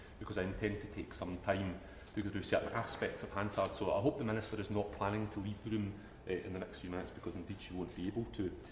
because i intend to take some time to to through certain aspects of hansard. so i hope the minister is not planning to leave the room in the next few minutes because indeed she won't be able to.